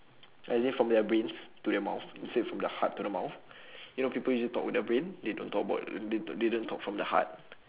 as in from their brains to their mouth instead from the heart to their mouth you know people usually talk with their brain they don't talk about the they d~ they don't talk from the heart